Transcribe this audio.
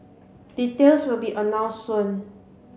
details will be announced soon